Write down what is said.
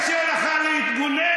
איזה שטויות את מדברת.